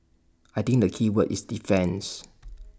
I think the keyword is defence